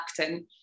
acting